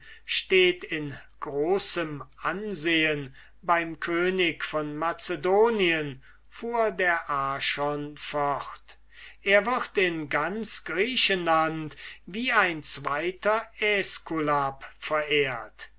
steht in großem ansehen beim könige von macedonien fuhr der archon fort er wird im ganzen griechenlande wie ein zweiter aeskulap verehrt